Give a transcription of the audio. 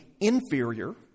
inferior